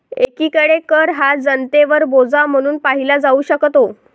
एकीकडे कर हा जनतेवर बोजा म्हणून पाहिला जाऊ शकतो